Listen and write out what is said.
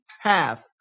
half